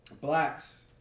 Blacks